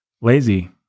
lazy